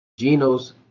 Genos